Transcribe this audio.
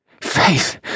Faith